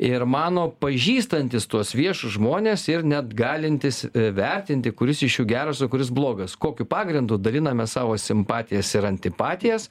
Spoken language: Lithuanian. ir mano pažįstantys tuos viešus žmones ir net galintys vertinti kuris iš jų geras o kuris blogas kokiu pagrindu daliname savo simpatijas ir antipatijas